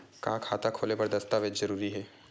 का खाता खोले बर दस्तावेज जरूरी हे?